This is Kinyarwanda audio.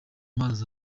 mazi